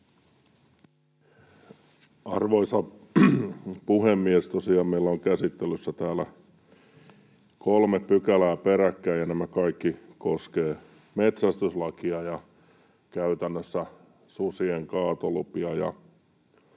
Arvoisa puhemies! Tosiaan meillä on käsittelyssä täällä kolme pykälää peräkkäin, ja nämä kaikki koskevat metsästyslakia ja käytännössä susien kaatolupia,